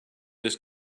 this